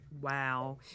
Wow